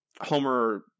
Homer